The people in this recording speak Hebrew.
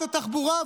שרת התחבורה,